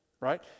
right